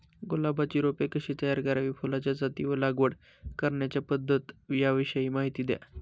गुलाबाची रोपे कशी तयार करावी? फुलाच्या जाती व लागवड करण्याची पद्धत याविषयी माहिती द्या